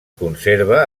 conserva